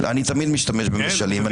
אני תמיד משתמש במשלים.